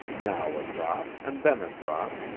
now a drop and then a drop,